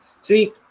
see